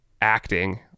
acting